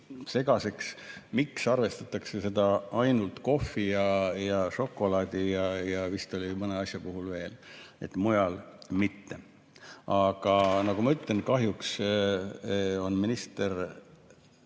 segaseks, miks arvestatakse seda ainult kohvi ja šokolaadi ja vist veel mõne asja puhul, mujal mitte. Aga nagu ma ütlen, kahjuks minister